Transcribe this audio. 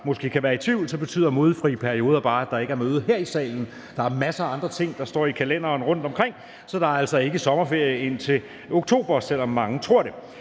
måske kan være i tvivl, vil jeg sige, at mødefri perioder bare betyder, at der ikke er møde her i salen. Der er masser af andre ting, der står i kalenderen rundtomkring, så der er altså ikke sommerferie indtil oktober, selv om mange tror det.